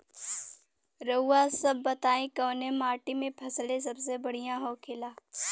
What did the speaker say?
रउआ सभ बताई कवने माटी में फसले सबसे बढ़ियां होखेला?